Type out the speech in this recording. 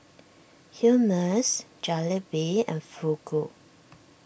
Hummus Jalebi and Fugu